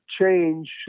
change